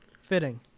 Fitting